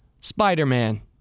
Spider-Man